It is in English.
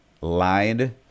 lied